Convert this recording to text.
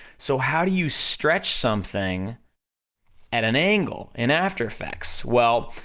so how do you stretch something at an angle in after effects? well,